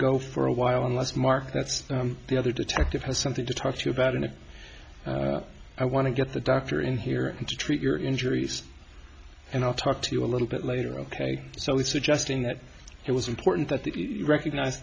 go for a while unless marc that's the other detective has something to talk to you about and i want to get the doctor in here to treat your injuries and i'll talk to you a little bit later ok so he's suggesting that it was important that the recognize